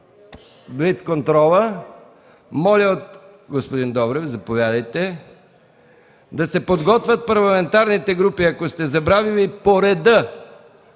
Моля, господин Добрев, заповядайте. Да се подготвят парламентарните групи. Ако сте забравили – по реда